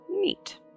Neat